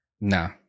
No